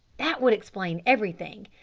that would explain everything.